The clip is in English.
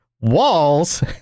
walls